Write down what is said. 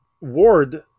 Ward